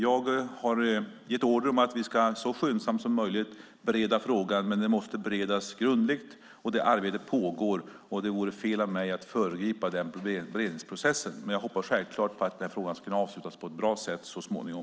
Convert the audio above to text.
Jag har gett order om att vi så skyndsamt som möjligt bereda frågan, men den måste beredas grundligt. Detta arbete pågår, och det vore fel av mig att föregripa beredningsprocessen. Jag hoppas dock självklart att frågan ska kunna avslutas på ett bra sätt så småningom.